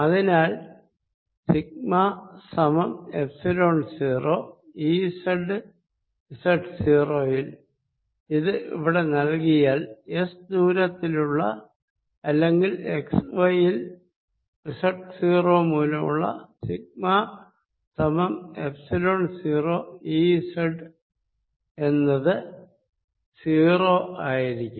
അതിനാൽ സിഗ്മ സമം epsilon 0 Ez z 0 യിൽ ഇത് ഇവിടെ നൽകിയാൽ s ദൂരത്തിലുള്ള അല്ലെങ്കിൽ x y യിൽ z 0 മൂലമുള്ള സിഗ്മ സമം എപ്സിലോൺ 0 Ez എന്നത് 0 ആയിരിക്കും